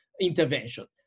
intervention